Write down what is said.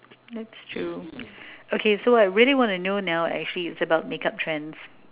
that's true okay so I really want to know now actually is about makeup trends